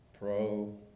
pro